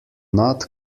not